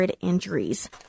injuries